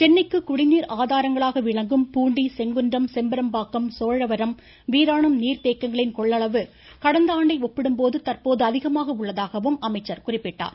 சென்னைக்கு குடிநீர் ஆதாரங்களாக விளங்கும் பூண்டி செங்குன்றம் செம்பரம்பாக்கம் சோழவரம் வீராணம் நீர் தேக்கங்களின் கொள்ளளவு கடந்த ஆண்டை ஒப்பிடும்போது தற்போது அதிகமாக உள்ளதாகவும் குறிப்பிட்டார்